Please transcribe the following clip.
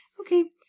Okay